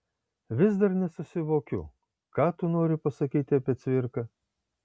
vis dar nesusivokiu ką tu nori pasakyti apie cvirką